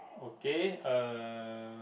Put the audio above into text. okay uh